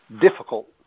difficult